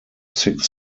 six